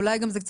ואולי זה קצת,